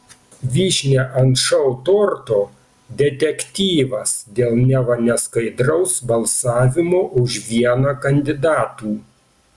vyšnia ant šou torto detektyvas dėl neva neskaidraus balsavimo už vieną kandidatų